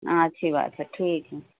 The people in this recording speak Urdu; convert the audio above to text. ہاں اچھی بات ہے ٹھیک ہے